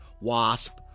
Wasp